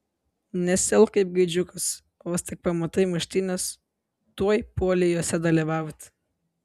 nesielk kaip gaidžiukas vos tik pamatai muštynes tuoj puoli jose dalyvauti